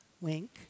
Wink